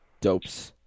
dope's